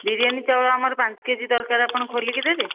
ବିରିୟାନୀ ଚାଉଳ ଆମର ପାଞ୍ଚ କେ ଜି ଦରକାର ଆପଣ ଖୋଲିକି ଦେବେ